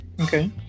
Okay